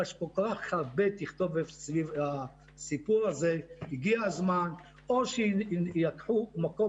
אבל יש כל כך הרבה תכתובת סביב הסיפור הזה והגיע הזמן שייקחו מקום